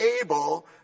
able